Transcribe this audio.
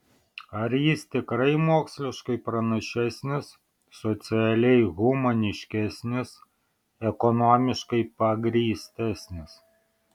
ar jis tikrai moksliškai pranašesnis socialiai humaniškesnis ekonomiškai pagrįstesnis